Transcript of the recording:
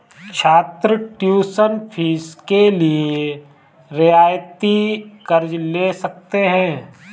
छात्र tuition fees के लिए रियायती कर्ज़ ले सकते हैं